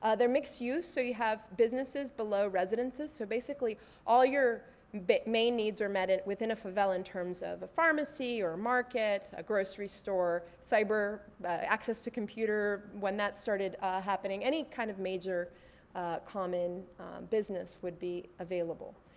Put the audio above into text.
ah they're mix use, so you have businesses below residences. so basically all your but main needs are met and within a favela in terms of a pharmacy, or a market, a grocery store, cyber, access to computer when that started happening. any kind of major common business would be available.